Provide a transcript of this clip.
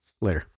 Later